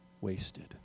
wasted